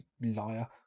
Liar